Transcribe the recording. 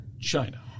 China